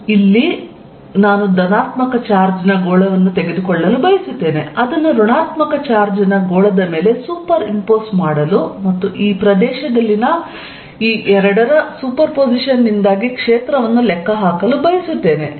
ಮತ್ತು ಇದರಲ್ಲಿ ನಾನು ಧನಾತ್ಮಕ ಚಾರ್ಜ್ ನ ಗೋಳವನ್ನು ತೆಗೆದುಕೊಳ್ಳಲು ಬಯಸುತ್ತೇನೆ ಅದನ್ನು ಋಣಾತ್ಮಕ ಚಾರ್ಜ್ ನ ಗೋಳದ ಮೇಲೆ ಸೂಪರ್ ಇಂಪೋಸ್ ಮಾಡಲು ಮತ್ತು ಈ ಪ್ರದೇಶದಲ್ಲಿನ ಈ ಎರಡರ ಸೂಪರ್ಪೋಸಿಷನ್ ನಿಂದಾಗಿ ಕ್ಷೇತ್ರವನ್ನು ಲೆಕ್ಕಹಾಕಲು ನಾನು ಬಯಸುತ್ತೇನೆ